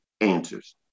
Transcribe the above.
answers